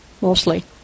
mostly